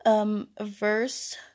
Verse